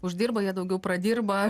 uždirba jie daugiau pradirba